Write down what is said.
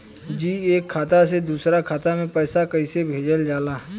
जी एक खाता से दूसर खाता में पैसा कइसे भेजल जाला?